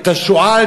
את השועל,